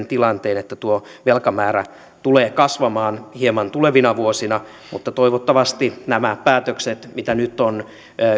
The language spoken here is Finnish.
tilanteen että tuo velkamäärä tulee kasvamaan hieman tulevina vuosina mutta toivottavasti nämä päätökset mitä nyt on